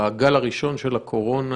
בגל הראשון של הקורונה,